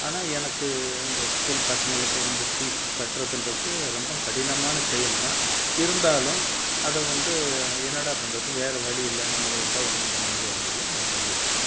ஆனால் எனக்கு அந்த ஸ்கூல் பசங்களுக்கு வந்து ஃபீஸ் கட்டுறதுன்றது ரொம்ப கடினமான செயல் தான் இருந்தாலும் அதை வந்து என்னடா பண்ணுறது வேறு வழி இல்லை நம்மளை விட்டா ஒன்றும் பண்ண முடியாதனால் நான் செஞ்சுட்டு இருக்கிறேன்